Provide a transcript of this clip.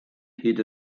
hyd